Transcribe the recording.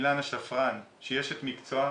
אילנה שפרן שהיא אשת מקצוע,